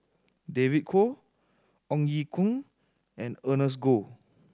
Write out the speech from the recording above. David Kwo Ong Ye Kung and Ernest Goh